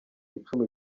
icumi